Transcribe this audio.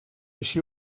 així